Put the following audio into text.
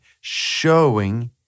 showing